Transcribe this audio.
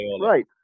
right